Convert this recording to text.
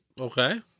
Okay